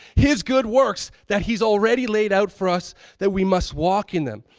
his good works that he's already laid out for us that we must walk in them.